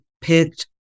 picked